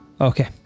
Okay